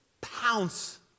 pounce